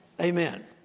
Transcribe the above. Amen